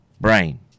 brain